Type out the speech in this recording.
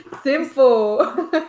Simple